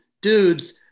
Dudes